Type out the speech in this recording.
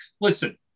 Listen